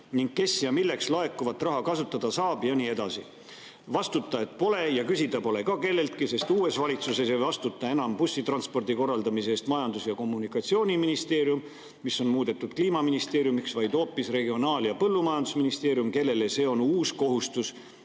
ning kes ja milleks laekuvat raha kasutada saab, ja nii edasi. Vastutajat pole ja küsida pole ka kelleltki, sest uues valitsuses ei vastuta bussitranspordi korraldamise eest enam Majandus‑ ja Kommunikatsiooniministeerium, mis on muudetud Kliimaministeeriumiks, vaid hoopis Regionaal‑ ja Põllumajandusministeerium, kellele see on uus kohustus.